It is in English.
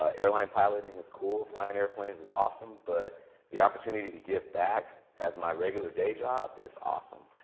ah airline piloting is cool. flying airplanes is awesome. but the opportunity to give back as my regular day job is awesome.